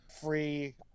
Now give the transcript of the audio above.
Free